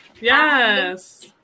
Yes